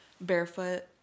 barefoot